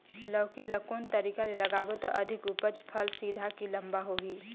लौकी ल कौन तरीका ले लगाबो त अधिक उपज फल सीधा की लम्बा होही?